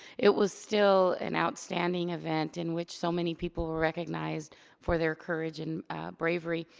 it was still an outstanding event, in which so many people were recognized for their courage and bravery.